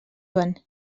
joan